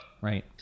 Right